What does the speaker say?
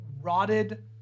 rotted